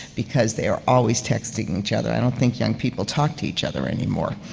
because they're always texting each other. i don't think young people talk to each other anymore.